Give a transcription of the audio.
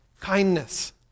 kindness